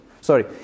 Sorry